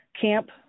camp